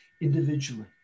individually